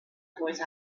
voice